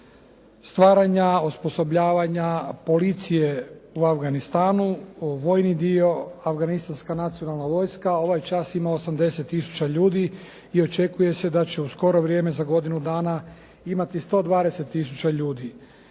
stvaranja osposobljavanja policije u Afganistanu, vojni dio, afganistanska nacionalna vojska ovaj čas ima 80 tisuća ljudi i očekuje se da će u skoro vrijeme za godinu dana imati 120 tisuća ljudi.